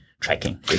tracking